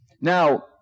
Now